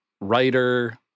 writer